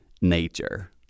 nature